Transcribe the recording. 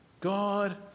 God